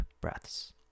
breaths